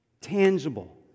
tangible